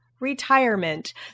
retirement